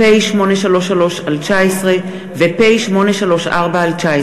פ/833/19 ו-פ/834/19,